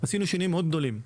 עשינו שינויים מאוד גדולים,